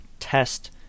test